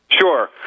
Sure